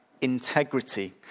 integrity